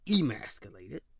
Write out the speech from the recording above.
emasculated